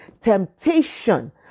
temptation